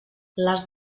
les